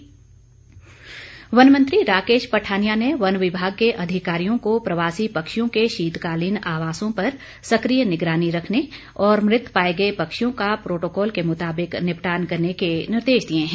one मंत्री वन मंत्री राकेश पठानिया ने वन विभाग के अधिकारियों को प्रवासी पक्षियों के शीतकालीन आवासों पर सक्रिय निगरानी रखने और मृत पाये गये पक्षियों का प्रोटोकॉल के मुताबिक निपटान करने के निर्देश दिए हैं